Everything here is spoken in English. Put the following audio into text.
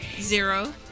zero